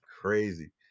crazy